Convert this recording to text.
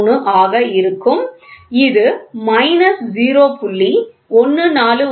1430 ஆக இருக்கும் மேலும் இது மைனஸ் 0